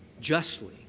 justly